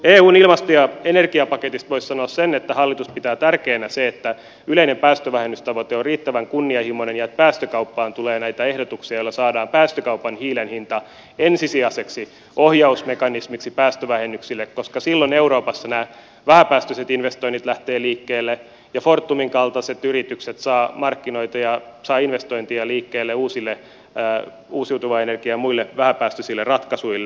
eun ilmasto ja energiapaketista voisi sanoa sen että hallitus pitää tärkeänä sitä että yleinen päästövähennystavoite on riittävän kunnianhimoinen ja että päästökauppaan tulee näitä ehdotuksia joilla saadaan päästökaupan hiilen hinta ensisijaiseksi ohjausmekanismiksi päästövähennyksille koska silloin euroopassa nämä vähäpäästöiset investoinnit lähtevät liikkeelle ja fortumin kaltaiset yritykset saavat markkinoita ja saavat investointeja liikkeelle uusiutuvan energian muille vähäpäästöisille ratkaisuille